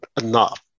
enough